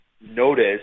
notice